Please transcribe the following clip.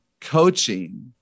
Coaching